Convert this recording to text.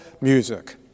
music